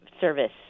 service